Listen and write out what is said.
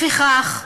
לפיכך,